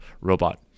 robot